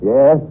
Yes